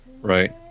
Right